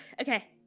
Okay